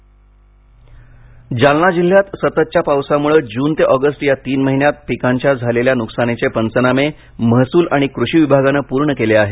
जालना अतिवृष्टी जालना जिल्ह्यात सततच्या पावसामुळे जून ते अॅगस्ट या तीन महिन्यात पिकांच्या झालेल्या नुकसानीचे पंचनामे महसूल आणि कृषी विभागानं पूर्ण केले आहेत